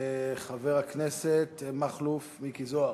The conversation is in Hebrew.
חבר הכנסת מכלוף מיקי זוהר,